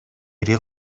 ири